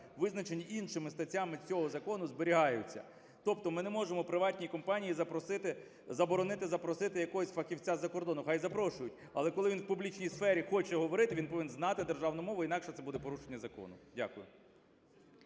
визначені іншими статтями цього закону, зберігаються. Тобто ми не можемо приватній компанії запросити, заборонити запросити якогось фахівця з-за кордону, хай запрошують, але коли він в публічній сфері хоче говорити, він повинен знати державну мову, інакше це буде порушення закону. Дякую.